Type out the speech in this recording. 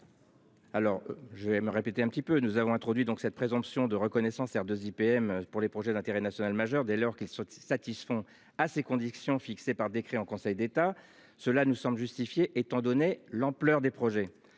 Alors je vais me répéter un petit peu nous avons introduit donc cette présomption de reconnaissance 2 IPM pour les projets d'intérêt national majeur dès lors qu'ils se satisfont à ces conditions fixées par décret en Conseil d'État. Cela nous semble justifiée, étant donné l'ampleur des projets.